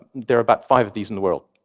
there are about five of these in the world.